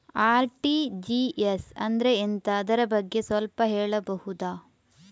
RTGS ಅಂದ್ರೆ ಎಂತ ಅದರ ಬಗ್ಗೆ ಸ್ವಲ್ಪ ಹೇಳಬಹುದ?